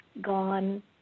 gone